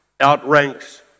outranks